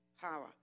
power